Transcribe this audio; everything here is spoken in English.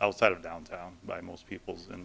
outside of downtown by most people's in